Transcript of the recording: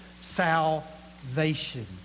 salvation